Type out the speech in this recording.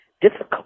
difficult